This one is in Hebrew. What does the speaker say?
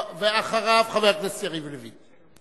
ואחריו חבר הכנסת יריב לוין.